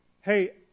hey